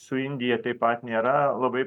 su indija taip pat nėra labai